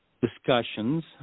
discussions